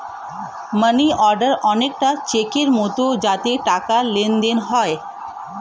মানি order অনেকটা চেকের মতো যাতে টাকার লেনদেন হয়